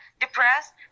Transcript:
depressed